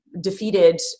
Defeated